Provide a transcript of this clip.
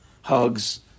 hugs